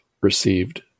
received